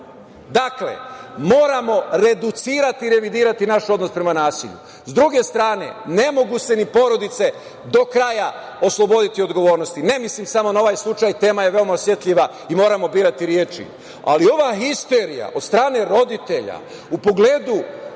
Dakle, moramo reducirati i revidirati naš odnos prema nasilju.S druge strane, ne mogu se ni porodice do kraja osloboditi odgovornosti, ne mislim samo na ovaj slučaj, tema je veoma osetljiva i moramo birati reči, ali ova histerija od strane roditelja u pogledu